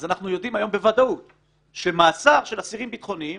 אז אנחנו יודעים היום בוודאות שמאסר של אסירים ביטחוניים